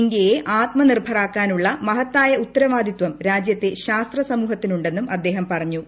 ഇന്ത്യയെ ആത്മ നിർഭറാക്കാനുള്ള മഹത്തായ ഉത്തരവാദിത്വം രാജ്യത്തെ ശാസ്ത്ര സമൂഹത്തിനുണ്ടെന്നും അദ്ദേഹം പറഞ്ഞു